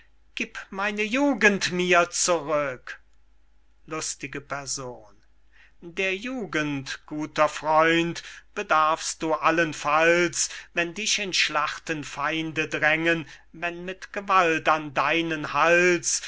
gieb meine jugend mir zurück lustige person der jugend guter freund bedarfst du allenfalls wenn dich in schlachten feinde drängen wenn mit gewalt an deinen hals